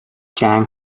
جنگ